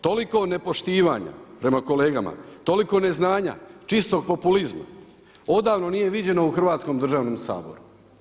Toliko nepoštivanja prema kolegama, toliko neznanja, čistog populizma odavno nije viđeno u Hrvatskom državnom saboru.